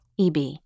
EB